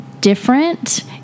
different